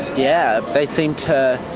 yeah they seem to,